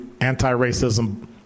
anti-racism